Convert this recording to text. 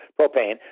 propane